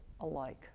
alike